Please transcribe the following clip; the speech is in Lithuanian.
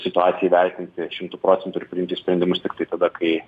situaciją įvertinti šimtu procentų ir priimti sprendimus tiktai tada kai